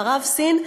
מערב סין,